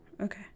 Okay